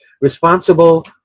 responsible